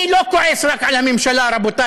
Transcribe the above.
אני לא כועס רק על הממשלה, רבותי.